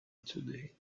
today